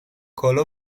کالا